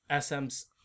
SM's